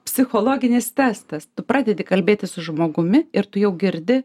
psichologinis testas tu pradedi kalbėtis su žmogumi ir tu jau girdi